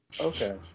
Okay